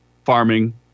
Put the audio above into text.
Farming